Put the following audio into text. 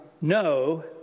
no